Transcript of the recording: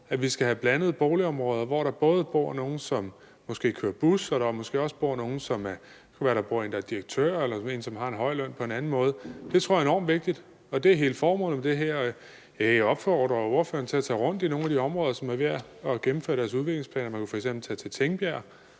at vi skal have blandede boligområder, hvor der både bor nogle, som måske kører bus, og måske også nogle, som er direktør eller har en høj løn på en anden måde. Det tror jeg er enormt vigtigt. Det er hele formålet med det her. Jeg opfordrer ordføreren til at tage rundt i nogle af de områder, som er ved at gennemføre deres udviklingsplaner. Man kunne f.eks. tage til Tingbjerg